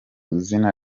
izina